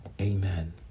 Amen